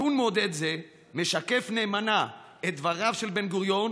נתון מעודד זה משקף נאמנה את דבריו של בן-גוריון